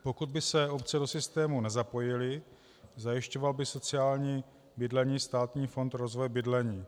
Pokud by se obce do systému nezapojily, zajišťoval by sociální bydlení Státní fond rozvoje bydlení.